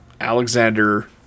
Alexander